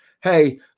hey